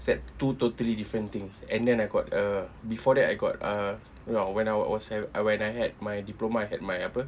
it's like two totally different things and then I got a before that I got uh no when I was at when I had my diploma I had my apa